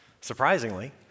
surprisingly